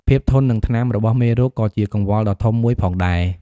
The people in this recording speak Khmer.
ភាពធន់នឹងថ្នាំរបស់មេរោគ ក៏ជាកង្វល់ដ៏ធំមួយផងដែរ។